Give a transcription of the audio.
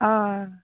हय